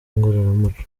ngororamuco